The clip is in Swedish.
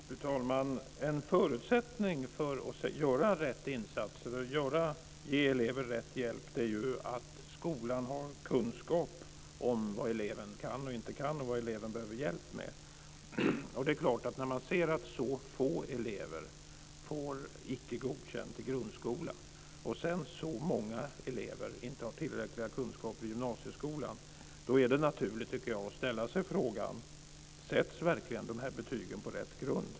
Fru talman! En förutsättning för att göra rätt insatser och ge elever rätt hjälp är att skolan har kunskap om vad eleven kan och inte kan och vad eleven behöver hjälp med. När man ser att så få elever får Icke godkänt i grundskolan och att sedan så många elever inte har tillräckliga kunskaper i gymnasieskolan tycker jag att det är naturligt att ställa sig frågan: Sätts verkligen betygen i grundskolan på rätt grund?